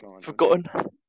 forgotten